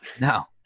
No